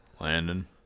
Landon